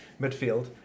midfield